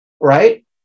Right